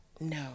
no